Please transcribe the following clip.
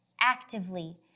Actively